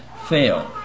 fail